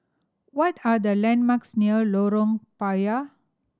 what are the landmarks near Lorong Payah